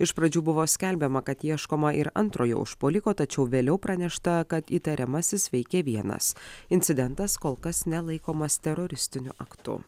iš pradžių buvo skelbiama kad ieškoma ir antrojo užpuoliko tačiau vėliau pranešta kad įtariamasis veikė vienas incidentas kol kas nelaikomas teroristiniu aktu